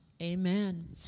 Amen